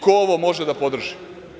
Ko ovo može da podrži?